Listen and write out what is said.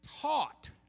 taught